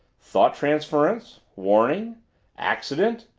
thought-transference warning accident?